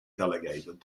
delegated